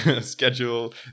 schedule